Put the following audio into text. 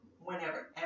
whenever